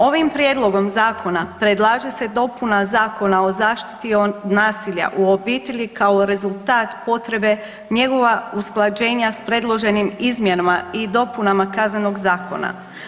Ovim prijedlogom zakona predlaže se dopuna Zakona o zaštiti od nasilja u obitelji kao rezultat potrebe njegova usklađenja sa predloženim izmjenama i dopunama Kaznenog zakona.